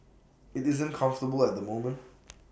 IT isn't comfortable at the moment